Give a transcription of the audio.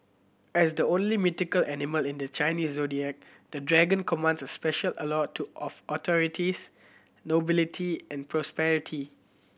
as the only mythical animal in the Chinese Zodiac the Dragon commands a special allure to of authorities nobility and prosperity